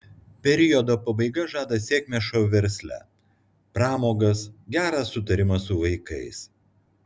periodo pabaiga žada sėkmę šou versle pramogas gerą sutarimą su vaikais